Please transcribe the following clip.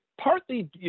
partly